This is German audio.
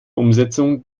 umsetzung